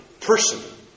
person